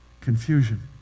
Confusion